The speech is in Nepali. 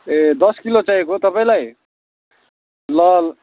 ए दस किलो चाहिएको हो तपाईँलाई ल